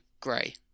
grey